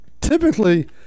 typically